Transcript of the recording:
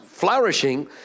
Flourishing